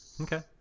Okay